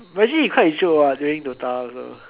imagine you what during dota also